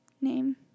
name